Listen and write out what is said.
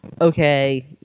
okay